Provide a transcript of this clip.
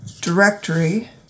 directory